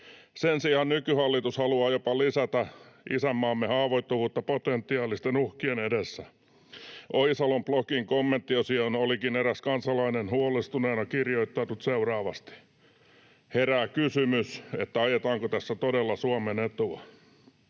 Sen sijaan nykyhallitus haluaa jopa lisätä isänmaamme haavoittuvuutta potentiaalisten uhkien edessä. Ohisalon blogin kommenttiosioon olikin eräs kansalainen huolestuneena kirjoittanut seuraavasti: ”Herää kysymys, että ajetaanko tässä todella Suomen etua.